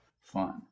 fun